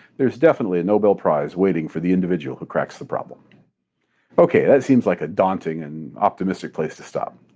there is definitely a noble prize waiting for the individual who cracks the problem ok, that seems like a daunting and optimistic place to stop.